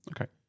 Okay